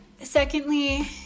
Secondly